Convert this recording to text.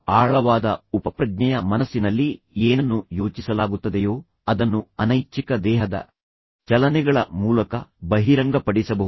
ಆಳವಾದ ಉಪಪ್ರಜ್ಞೆಯ ಮನಸ್ಸಿನಲ್ಲಿ ಏನನ್ನು ಯೋಚಿಸಲಾಗುತ್ತದೆಯೋ ಅದನ್ನು ಅನೈಚ್ಛಿಕ ದೇಹದ ಚಲನೆಗಳ ಮೂಲಕ ಬಹಿರಂಗಪಡಿಸಬಹುದು